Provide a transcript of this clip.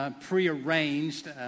Prearranged